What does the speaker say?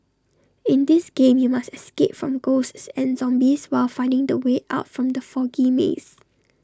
in this game you must escape from ghosts and zombies while finding the way out from the foggy maze